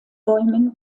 bäumen